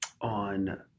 on